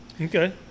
Okay